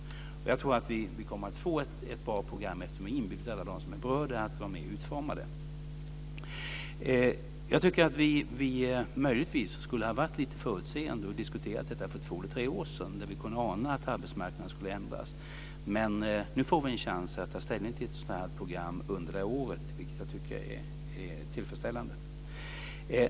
Jag tror att vi kommer att få ett bra program, eftersom vi har bjudit in alla dem som är berörda att vara med och utforma det. Jag tycker att vi möjligtvis skulle ha varit lite förutseende och diskuterat detta för två eller tre år sedan, när vi kunde ana att arbetsmarknaden skulle ändras. Men nu får vi en chans att ta ställning till ett sådant program under det här året, vilket jag tycker är tillfredsställande.